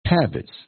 habits